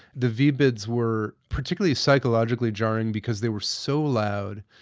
the vbieds were particularly psychologically jarring because they were so loud.